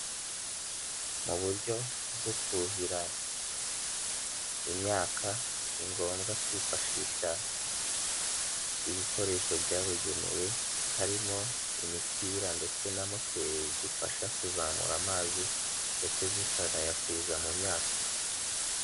Uburyo bwo kuhira imyaka, ni ngombwa kwifashisha ibikoresho byabugenewe, harimo imipira ndetse na moteri zifasha kuzamura amazi, ndetse zikanayakwiza mu myaka.